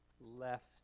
left